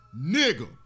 Nigga